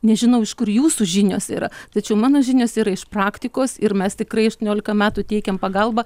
nežinau iš kur jūsų žinios yra tačiau mano žinios yra iš praktikos ir mes tikrai aštuoniolika metų teikiam pagalbą